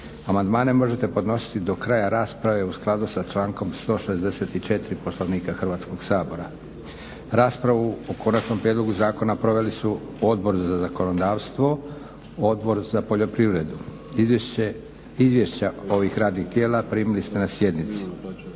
amandmane možete podnositi do kraja rasprave u skladu sa člankom 164. Poslovnika Hrvatskog sabora. Raspravu o konačnom prijedlogu zakona proveli su Odbor za zakonodavstvo i Odbor za poljoprivredu. Izvješća ovih radnih tijela primili ste na sjednici.